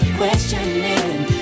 questioning